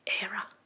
era